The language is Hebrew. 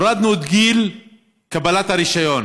הורדנו את גיל קבלת הרישיון